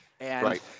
Right